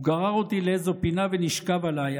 הוא גרר אותי לאיזו פינה ונשכב עליי.